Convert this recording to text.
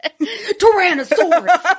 Tyrannosaurus